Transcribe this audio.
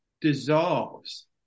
dissolves